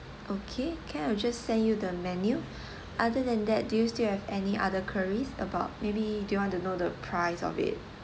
okay I'll just send you the menu other than that do you still have any other quires about maybe do you want to know the price of it